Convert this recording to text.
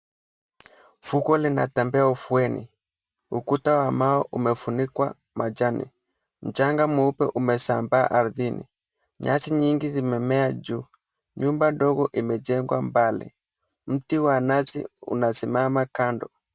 Fuko linatembea ufueni, ukuta wa mawe kumefunikwa majani, mchanga mweupe umesambaa ardhini, nyasi nyingi zimemea juu, nyumba ndogo imejengwa mbali, mti wa nazi unasimama kando.